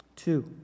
Two